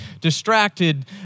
distracted